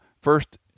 first